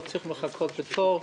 כי לא צריך לחכות לתור,